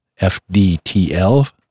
FDTL